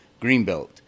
greenbelt